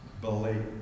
believe